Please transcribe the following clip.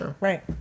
right